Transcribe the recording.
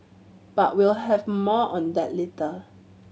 but we'll have more on that later